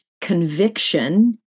conviction